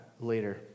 later